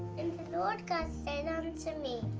and the lord god said unto me.